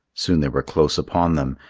soon they were close upon them,